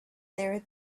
there